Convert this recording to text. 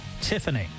Tiffany